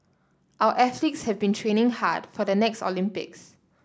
our athletes have been training hard for the next Olympics